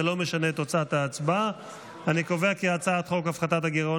אני קובע כי הצעת חוק הפחתת הגירעון